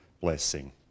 blessing